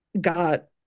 got